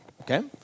okay